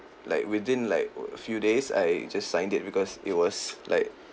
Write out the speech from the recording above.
like within like a few days I just signed it because it was like